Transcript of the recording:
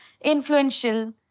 influential